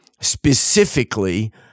specifically